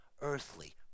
earthly